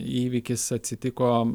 įvykis atsitiko